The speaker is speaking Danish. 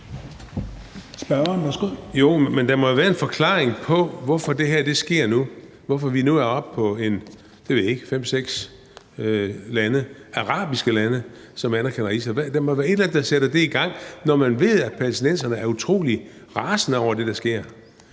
der må jo være en forklaring på, hvorfor det her sker nu, hvorfor vi nu er oppe på – jeg ved det ikke – fem-seks arabiske lande, som anerkender Israel. Der er jo et eller andet, der sætter det i gang, når man ved, at palæstinenserne er utrolig rasende over det, der sker,